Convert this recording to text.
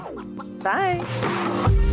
Bye